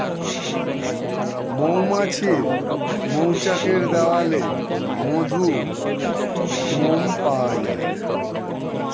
মৌমাছির মৌচাকের দেয়ালে মধু, মোম পাওয়া যায়